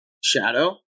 shadow